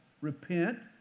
Repent